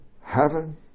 heaven